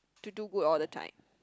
to do good all the time